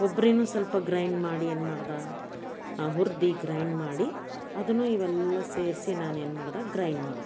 ಕೊಬ್ರಿಯೂ ಸ್ವಲ್ಪ ಗ್ರೈಂಡ್ ಮಾಡಿ ಏನು ಮಾಡ್ದೆ ಹುರ್ದು ಗ್ರೈಂಡ್ ಮಾಡಿ ಅದನ್ನು ಇವೆಲ್ಲ ಸೇರಿಸಿ ನಾನೇನು ಮಾಡ್ದೆ ಗ್ರೈಂಡ್ ಮಾಡ್ದೆಪ್ಪಾ